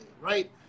right